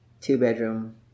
two-bedroom